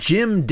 Jim